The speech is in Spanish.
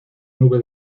nube